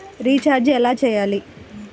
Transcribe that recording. Recharge ఎలా చెయ్యాలి?